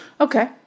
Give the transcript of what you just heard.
Okay